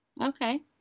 Okay